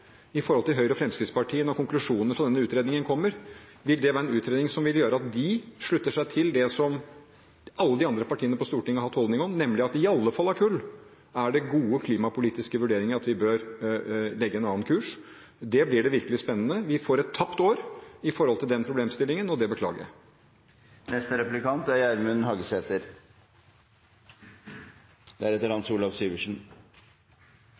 i forhold til Høyre og Fremskrittspartiet, når konklusjonen av denne utredningen kommer. Vil det være en utredning som vil gjøre at de slutter seg til det som alle de andre partiene på Stortinget har hatt holdning om, nemlig at iallfall når det gjelder kull, er det gode klimapolitiske vurderinger for at vi bør legge en annen kurs. Dette blir det virkelig spennende. Vi får et tapt år med hensyn til den problemstillingen, og det beklager jeg.